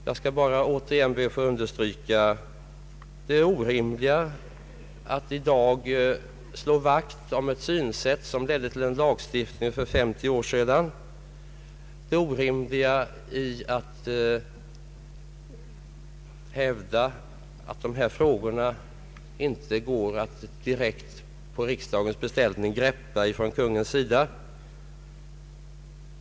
Jag skall återigen be att få understryka det orimliga i att i dag slå vakt om ett synsätt, som ledde till en lagstiftning för 50 år sedan, och det orimliga i att hävda att Kungl. Maj:t inte kan behandla dessa frågor på riksdagens beställning.